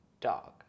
dog